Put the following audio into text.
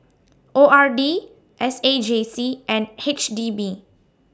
O R D S A J C and H D B